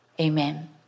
Amen